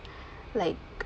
like